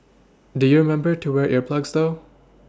do you remember to wear ear plugs though